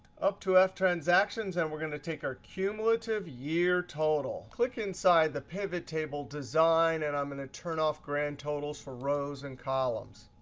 up to ah ftransactions, and we're going to take our cumulative year total. click inside the pivot table design, and i'm going to turn off grand totals for rows and columns.